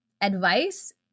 advice